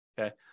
Okay